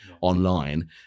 online